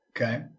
Okay